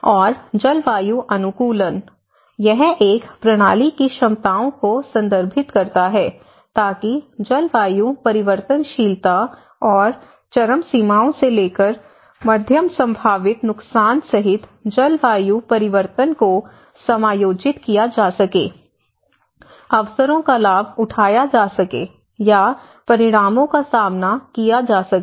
और जलवायु अनुकूलन यह एक प्रणाली की क्षमताओं को संदर्भित करता है ताकि जलवायु परिवर्तनशीलता और चरम सीमाओं से लेकर मध्यम संभावित नुकसान सहित जलवायु परिवर्तन को समायोजित किया जा सके अवसरों का लाभ उठाया जा सके या परिणामों का सामना किया जा सके